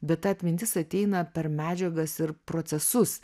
bet ta atmintis ateina per medžiagas ir procesus